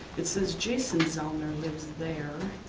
it says jason zellner lives there.